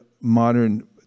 modern